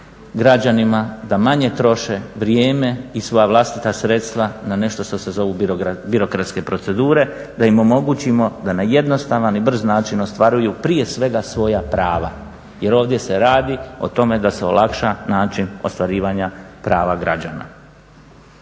građanima da manje troše vrijeme i svoja vlastita sredstva na nešto što se zove birokratske procedure. Da im omogućimo da na jednostavan i brz način ostvaruju, prije svega svoja prava jer ovdje se radi o tome da se olakša način ostvarivanja prava građana.